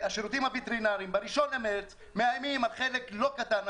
השירותים הווטרינרים בראשון למרץ מאיימים על חלק לא קטן,